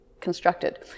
constructed